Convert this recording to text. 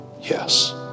Yes